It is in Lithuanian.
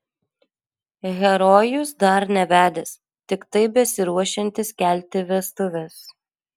herojus dar nevedęs tiktai besiruošiantis kelti vestuves